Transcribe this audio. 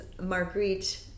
Marguerite